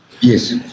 Yes